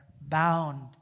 bound